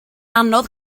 anodd